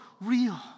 real